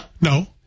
No